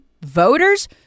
voters